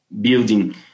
building